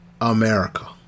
America